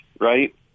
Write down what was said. right